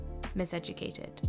miseducated